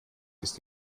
ist